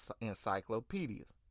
encyclopedias